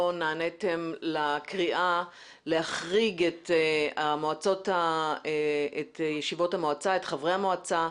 נעניתם לקריאה להחריג את ישיבות המועצה,